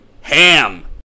ham